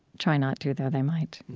try not to though they might.